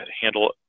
handle